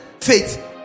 faith